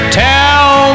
tell